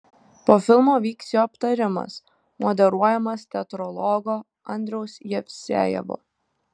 po filmo vyks jo aptarimas moderuojamas teatrologo andriaus jevsejevo